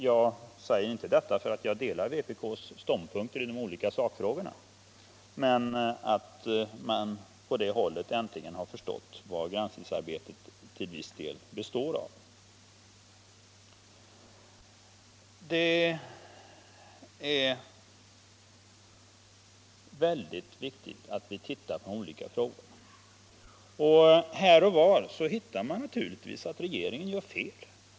Jag säger inte detta för att jag delar vpk:s mening i de olika sakfrågorna, utan för att man på det hållet äntligen har förstått vad granskningsarbetet består av. Dét är mycket viktigt att vi gör denna granskning. Här och var finner man naturligtvis att regeringen gör fel.